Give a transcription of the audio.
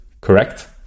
correct